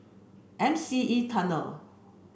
M C E Tunnel